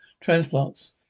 transplants